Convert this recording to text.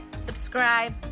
subscribe